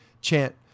chant